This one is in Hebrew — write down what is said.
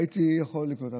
הייתי יכול לקנות,